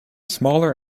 smaller